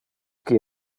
qui